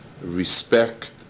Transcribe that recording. respect